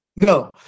No